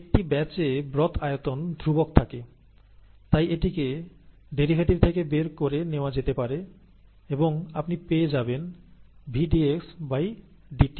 একটি ব্যাচে ব্রথ আয়তন ধ্রুবক থাকে তাই এটিকে ডেরিভেটিভ থেকে বের করে নেওয়া যেতে পারে এবং আপনি পেয়ে যাবেন V dxdt